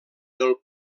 del